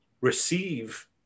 receive